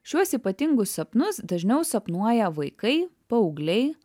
šiuos ypatingus sapnus dažniau sapnuoja vaikai paaugliai